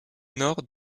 nord